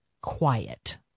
quiet